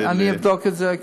אני אבדוק את זה,